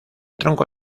tronco